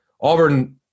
Auburn